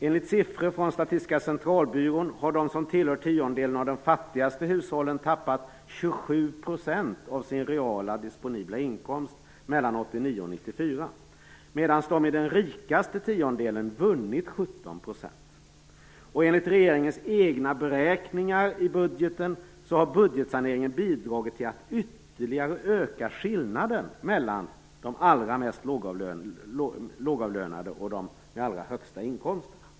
Enligt siffror från Statistiska centralbyrån har de som tillhör den fattigaste tiondelen av hushållen tappat 27 % av sin reala disponibla inkomst 1989-1994 medan de som tillhör den rikaste tiondelen har vunnit 17 %. Enligt regeringens egna beräkningar i budgeten har budgetsaneringen bidragit till att ytterligare öka skillnaden mellan de allra mest lågavlönade och de med de allra högsta inkomsterna.